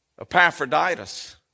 Epaphroditus